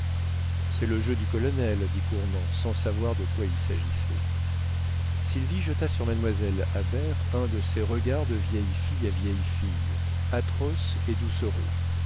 c'est le jeu du colonel dit cournant sans savoir de quoi il s'agissait sylvie jeta sur mademoiselle habert un de ces regards de vieille fille à vieille fille atroce et doucereux